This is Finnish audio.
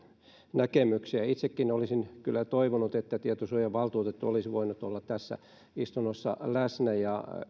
näkemyksiä itsekin olisin kyllä toivonut että tietosuojavaltuutettu olisi voinut olla tässä istunnossa läsnä ja